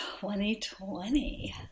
2020